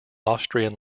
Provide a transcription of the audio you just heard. austrian